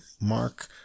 mark